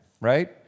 Right